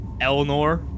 Elnor